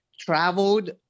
traveled